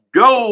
go